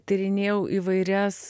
tyrinėjau įvairias